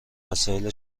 وسایل